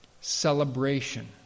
Celebration